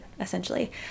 essentially